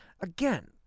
Again